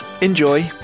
Enjoy